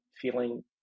feeling